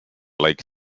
lake